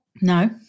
No